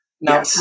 Now